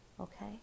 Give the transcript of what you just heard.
Okay